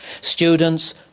Students